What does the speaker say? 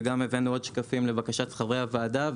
וגם הבאנו עוד שקפים לבקשת חברי הוועדה.